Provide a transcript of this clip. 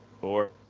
four